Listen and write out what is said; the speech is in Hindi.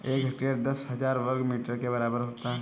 एक हेक्टेयर दस हजार वर्ग मीटर के बराबर होता है